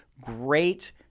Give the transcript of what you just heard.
great